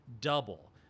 double